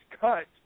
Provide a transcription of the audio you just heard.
cut